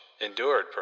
endured